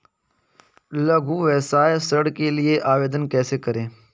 लघु व्यवसाय ऋण के लिए आवेदन कैसे करें?